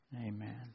Amen